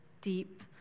deep